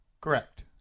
Correct